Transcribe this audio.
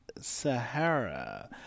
Sahara